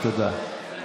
תודה.